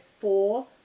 four